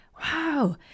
Wow